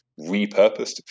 repurposed